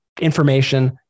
information